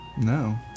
No